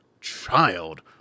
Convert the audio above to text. child